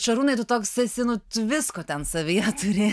šarūnai tu toks esi nu tu visko ten savyje turi